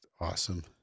awesome